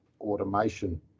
automation